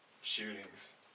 Shootings